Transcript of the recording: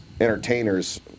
entertainers